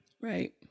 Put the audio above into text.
right